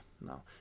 no